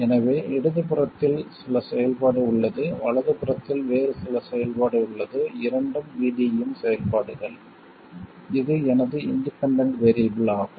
எனவே இடது புறத்தில் சில செயல்பாடு உள்ளது வலது புறத்தில் வேறு சில செயல்பாடு உள்ளது இரண்டும் VD இன் செயல்பாடுகள் இது எனது இண்டிபெண்டண்ட் வேறியபிள் ஆகும்